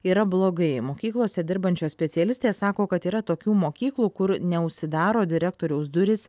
yra blogai mokyklose dirbančios specialistės sako kad yra tokių mokyklų kur neužsidaro direktoriaus durys